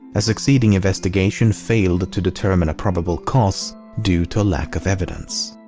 a succeeding investigation failed to determine a probable cause due to a lack of evidence.